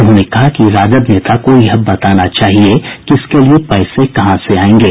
उन्होंने कहा कि राजद नेता को यह बताना चाहिए कि इसके लिए पैसे कहां से आयेंगे